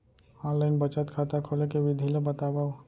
Online बचत खाता खोले के विधि ला बतावव?